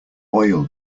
oil